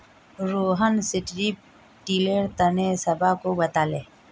Rohan strip tiller तने सबहाको बताले